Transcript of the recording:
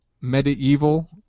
Medieval